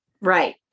Right